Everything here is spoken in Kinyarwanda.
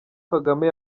kagame